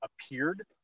appeared